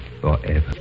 forever